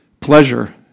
Pleasure